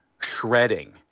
shredding